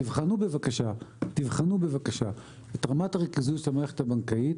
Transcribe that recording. תבחנו, בבקשה, את רמת הריכוזיות של המערכת הבנקאית